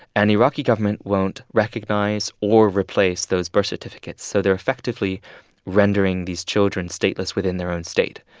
and iraqi government won't recognize or replace those birth certificates, so they're effectively rendering these children stateless within their own state.